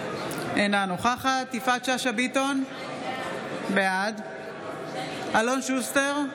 אינה נוכחת יפעת שאשא ביטון, בעד אלון שוסטר,